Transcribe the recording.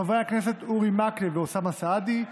וחברי הכנסת אורי מקלב ואוסאמה סעדי,